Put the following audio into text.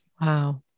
wow